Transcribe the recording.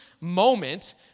moment